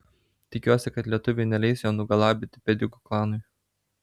tikiuosi kad lietuviai neleis jo nugalabyti pedikų klanui